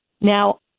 Now